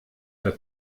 der